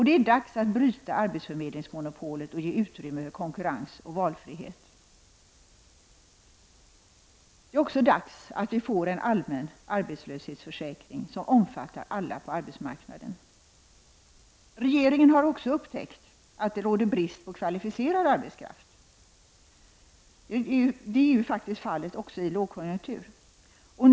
Det är dags att bryta arbetsförmedlingsmonopolet och ge utrymme för konkurrens och valfrihet. Det är också dags att vi får en allmän arbetslöshetsförsäkring som omfattar alla på arbetsmarknaden. Regeringen har också upptäckt att det råder brist på kvalificerad arbetskraft. Detta är fallet även i lågkonjunkturer.